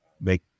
make